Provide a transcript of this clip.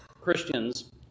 Christians